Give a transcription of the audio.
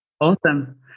Awesome